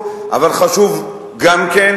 אבל חשוב גם כן,